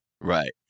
Right